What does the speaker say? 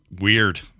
Weird